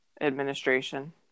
administration